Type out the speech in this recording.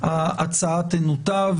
ההצעה תנותב.